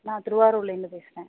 நான் திருவாரூர்லேருந்து பேசுகிறேன்